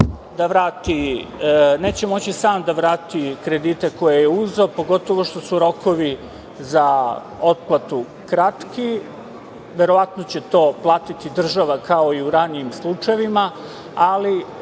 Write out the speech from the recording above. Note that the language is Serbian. neće moći sam da vrati kredite koje je uzeo, pogotovo što su rokovi za otplatu kratki. Verovatno će to platiti država kao i u ranijim slučajevima, ali